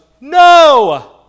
no